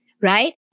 Right